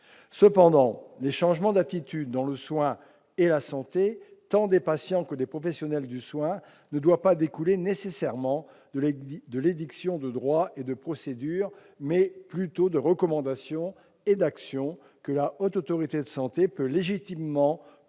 Cependant, les changements d'attitudes dans le soin et la santé, tant des patients que des professionnels du soin, doivent découler non pas nécessairement de l'édiction de droits et de procédures, mais plutôt de recommandations et d'actions que la Haute Autorité de santé peut légitimement promouvoir,